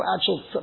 actual